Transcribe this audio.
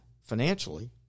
financially